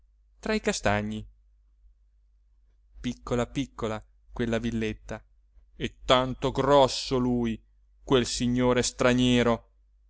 tra i castagni piccola piccola quella villetta e tanto grosso lui quel signore straniero